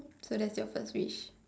so that's your first wish